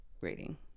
Rating